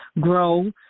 grow